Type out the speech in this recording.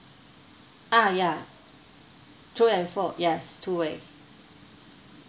uh ya to and forth yes two way